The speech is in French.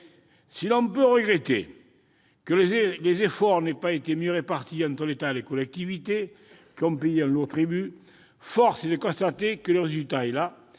Si l'on peut regretter que les efforts n'aient pas été mieux répartis entre l'État et les collectivités, qui ont payé un lourd tribut, force est de constater que le résultat est là.